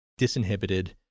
disinhibited